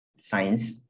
science